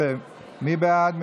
16, מי בעד?